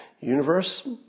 universe